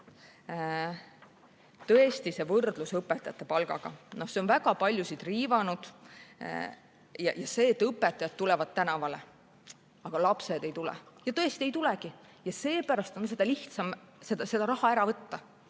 tõesti, see võrdlus õpetajate palgaga on väga paljusid riivanud. See, et õpetajad tulevad tänavale. Aga lapsed ei tule, ja tõesti ei tulegi ja seepärast on lihtsam seda raha ära võtta.